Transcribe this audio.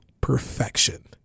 perfection